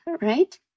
right